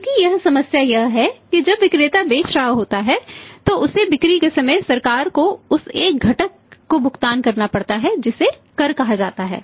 क्योंकि यहां समस्या यह है कि जब विक्रेता बेच रहा होता है तो उसे बिक्री के समय सरकार को उस एक घटक को भुगतान करना पड़ता है जिसे कर कहा जाता है